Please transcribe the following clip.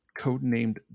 codenamed